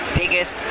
biggest